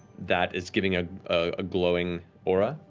that is giving a ah glowing aura,